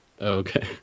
Okay